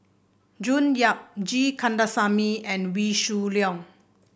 June Yap G Kandasamy and Wee Shoo Leong